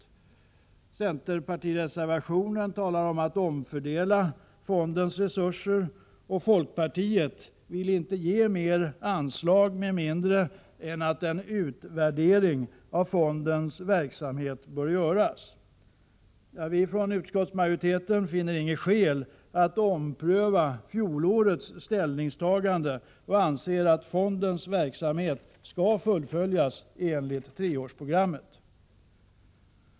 I centerpartireservationen talas det om att man skall omfördela fondens resurser, och folkpartiet vill inte ge mer anslag med mindre än att en utvärdering av fondens verksamhet skall göras. Utskottsmajoriteten finner inte något skäl för att ompröva fjolårets ställningstagande. Vi anser att fondens verksamhet skall fullföljas enligt treårsprogrammet.